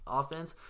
offense